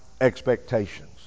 expectations